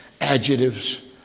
adjectives